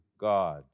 God